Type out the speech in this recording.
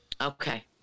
Okay